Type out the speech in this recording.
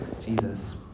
Jesus